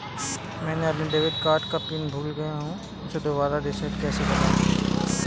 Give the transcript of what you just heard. मैंने अपने debit card का पिन भूल गई, उसे दोबारा रीसेट कैसे करूँ?